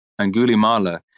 angulimala